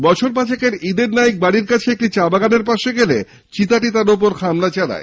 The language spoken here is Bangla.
বছর পাঁচের ইদেন নাইক বাড়ির কাছেই একটি চা বাগানের পাশে গেলে চিতাটি তার উপর হামলা চালায়